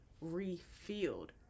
refilled